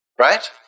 Right